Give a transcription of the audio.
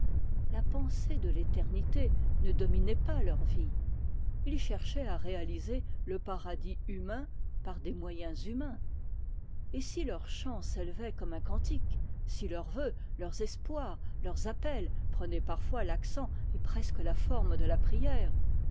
la pensée de l'éternité ne dominait pas leur vie ils cherchaient à réaliser le paradis humain par des moyens humains et si leur chant s'élevait comme un cantique si leurs vœux leurs espoirs leurs appels prenaient parfois l'accent et presque la forme de la prière